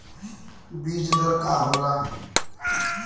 बीज दर का होला?